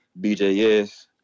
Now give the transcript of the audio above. BJS